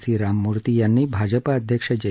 C Ramamurthy यांनी भाजपा अध्यक्ष जे